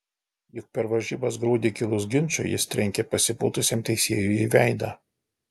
juk per varžybas gruodį kilus ginčui jis trenkė pasipūtusiam teisėjui į veidą